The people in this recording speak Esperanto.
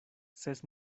ses